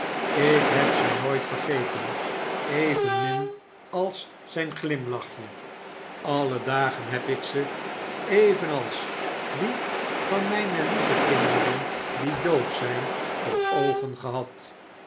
ik heb ze nooit vergeten evenmin als zijn glimlachje alle dagen heb ik ze evenals die van mijne lieve kinderen die dood zijn voor oogen gehad